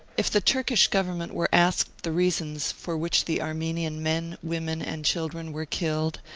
if the turkish government were asked the reasons for which the armenian men, women, and children were killed,